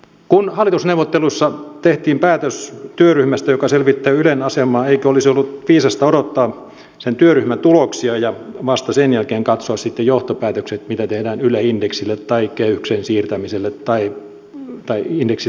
kun hallitusneuvotteluissa tehtiin päätös työryhmästä joka selvittää ylen asemaa eikö olisi ollut viisasta odottaa sen työryhmän tuloksia ja vasta sen jälkeen katsoa johtopäätökset mitä tehdään yle indeksille tai kehykseen siirtämiselle tai indeksille pidemmän päälle